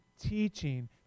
teaching